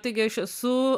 taigi aš esu